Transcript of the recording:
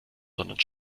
sondern